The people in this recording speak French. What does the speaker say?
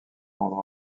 rendra